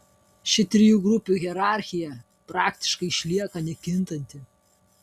ši trijų grupių hierarchija praktiškai išlieka nekintanti